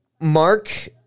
Mark